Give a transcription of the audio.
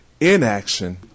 inaction